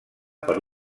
per